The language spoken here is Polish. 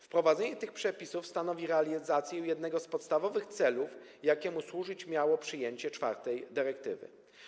Wprowadzenie tych przepisów stanowi realizację jednego z podstawowych celów, jakiemu służyć miało przyjęcie czwartej dyrektywy.